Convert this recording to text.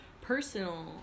personal